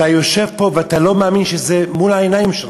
אתה יושב פה ואתה לא מאמין שזה מול העיניים שלך.